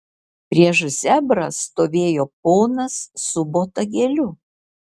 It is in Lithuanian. prieš zebrą stovėjo ponas su botagėliu